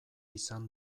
izan